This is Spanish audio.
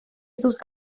sus